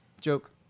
joke